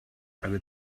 eine